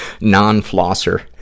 non-flosser